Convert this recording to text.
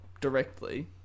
directly